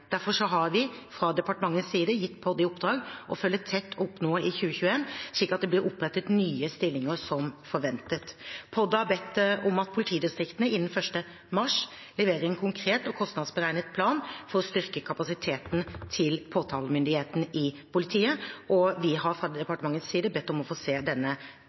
Derfor har vi fra departementets side gitt Politidirektoratet i oppdrag å følge tett opp nå i 2021, slik at det blir opprettet nye stillinger som forventet. Politidirektoratet har bedt om at politidistriktene innen 1. mars leverer en konkret og kostnadsberegnet plan for å styrke kapasiteten til påtalemyndigheten i politiet, og vi har fra departementets side bedt om å få se denne